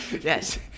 yes